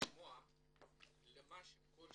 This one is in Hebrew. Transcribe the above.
לשמוע ממשרדי